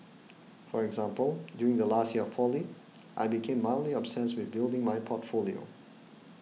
for example during the last year of poly I became mildly obsessed with building my portfolio